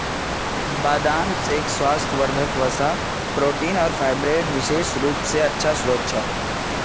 बदाम स्वास्थ्यवर्धक वसा, प्रोटीन आर फाइबरेर विशेष रूप स अच्छा स्रोत छ